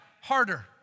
harder